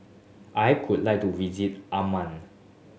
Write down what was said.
I could like to visit Amman